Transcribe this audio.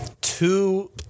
Two